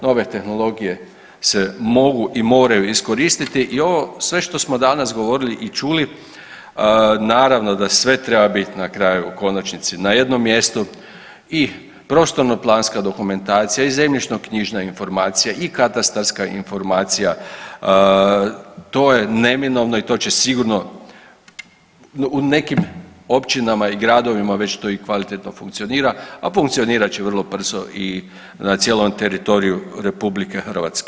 Nove tehnologije se mogu i moraju iskoristiti i ovo sve što smo danas govorili i čuli naravno da sve treba biti na kraju u konačnici na jednom mjestu i prostorno planska dokumentacija i zemljišno knjižna informacija i katastarska informacija to je neminovno i to će sigurno u nekim općinama i gradovima već to i kvalitetno funkcionira, a funkcionirat će vrlo brzo i na cijelom teritoriju RH.